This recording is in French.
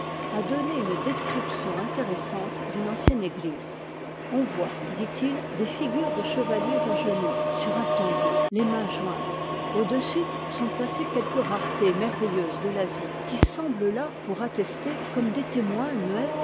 a donné une description intéressante d'une ancienne église on voit dit-il des figures de chevaiiers à genoux sur un tombeau les mains jointes au-dessus sont ptacées quelques raretés merveiiïeuses de l'asie qui semblent là pour attester comme des témoins muets